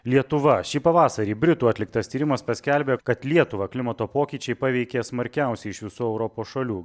lietuva šį pavasarį britų atliktas tyrimas paskelbė kad lietuvą klimato pokyčiai paveikė smarkiausiai iš visų europos šalių